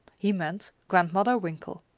he meant grandmother winkle.